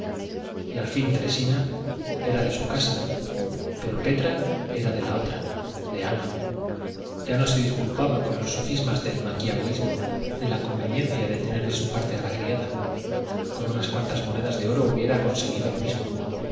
y al fin teresina era de su casa pero petra era de la otra de ana ya no se disculpaba con los sofismas del maquiavelismo de la conveniencia de tener de su parte a la criada con unas cuantas monedas de oro hubiera conseguido lo mismo